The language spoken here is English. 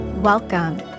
Welcome